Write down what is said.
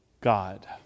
God